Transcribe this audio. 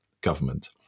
government